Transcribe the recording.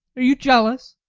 are you jealous?